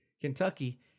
Kentucky